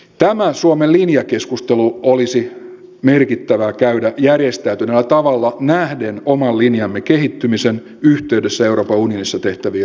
tämä suomen linja keskustelu olisi merkittävää käydä järjestäytyneellä tavalla nähden oman linjamme kehittymisen olevan yhteydessä euroopan unionissa tehtäviin ratkaisuihin